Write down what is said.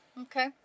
Okay